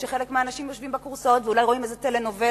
כשחלק מהאנשים יושבים בכורסאות ואולי רואים איזה טלנובלה,